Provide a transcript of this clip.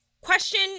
question